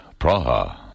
Praha